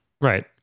right